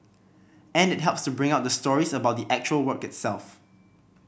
and it helps to bring out the stories about the actual work itself